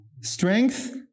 strength